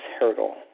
hurdle